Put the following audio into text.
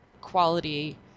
quality